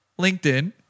LinkedIn